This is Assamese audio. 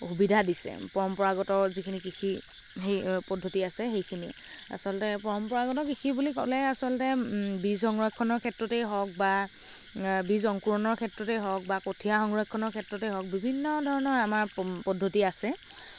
সুবিধা দিছে পঅম্পৰাগত যিখিনি কৃষি পদ্ধতি আছে সেইখিনি আচলতে পৰম্পৰাগত কৃষি বুলি ক'লে আচলতে বীজ সংৰক্ষণৰ ক্ষেত্ৰতেই হওঁক বা বীজ অংকুৰণৰ ক্ষেত্ৰতেই হওঁক বা কঠীয়া সংৰক্ষণৰ ক্ষেত্ৰতেই হওঁক বিভিন্ন ধৰণৰ আমাৰ পদ্ধতি আছে